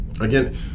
Again